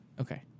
Okay